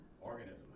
organism